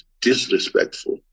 disrespectful